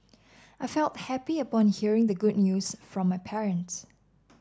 I felt happy upon hearing the good news from my parents